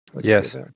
Yes